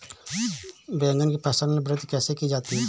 बैंगन की फसल में वृद्धि कैसे की जाती है?